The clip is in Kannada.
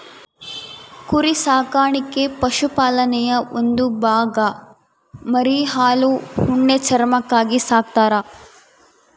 ಕುರಿ ಸಾಕಾಣಿಕೆ ಪಶುಪಾಲನೆಯ ಒಂದು ಭಾಗ ಮರಿ ಹಾಲು ಉಣ್ಣೆ ಚರ್ಮಕ್ಕಾಗಿ ಸಾಕ್ತರ